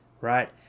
right